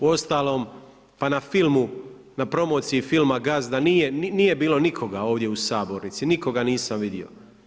Uostalom, pa na filmu, na promociji filma Gazda, nije bilo nikoga ovdje u sabornici, nikoga nisam vidio.